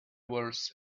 was